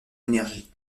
énergie